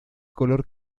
color